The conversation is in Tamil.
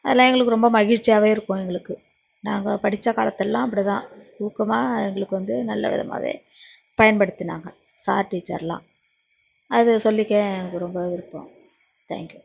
அதெல்லாம் எங்களுக்கு ரொம்ப மகிழ்ச்சியாகவே இருக்கும் எங்களுக்கு நாங்கள் படித்த காலத்திலலாம் அப்படி தான் ஊக்கமாக எங்களுக்கு வந்து நல்ல விதமாகவே பயன்படுத்தினாங்க சார் டீச்சர் எல்லாம் அது சொல்லிக்க எனக்கு ரொம்ப விருப்பம் தேங்க்யூ